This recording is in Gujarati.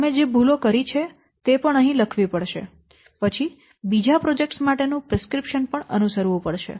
તમે જે ભૂલો કરી છે તે પણ અહીં લખવી પડશે પછી બીજા પ્રોજેક્ટ્સ માટેનું પ્રિસ્ક્રિપ્શન પણ અનુસરવું પડશે